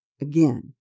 Again